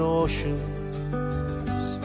oceans